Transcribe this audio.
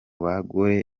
bagore